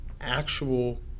actual